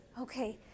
Okay